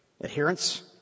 adherence